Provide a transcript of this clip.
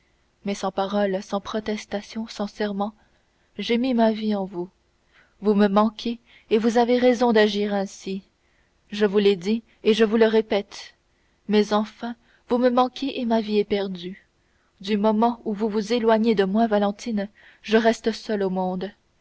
mais sans paroles sans protestations sans serments j'ai mis ma vie en vous vous me manquez et vous avez raison d'agir ainsi je vous l'ai dit et je vous le répète mais enfin vous me manquez et ma vie est perdue du moment où vous vous éloignez de moi valentine je reste seul au monde